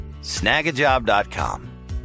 snagajob.com